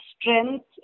strength